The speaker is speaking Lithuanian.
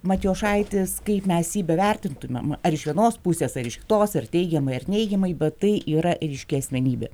matijošaitis kaip mes jį bevertintumėm ar iš vienos pusės ar iš kitos ar teigiamai ar neigiamai bet tai yra ryški asmenybė